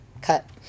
cut